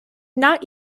not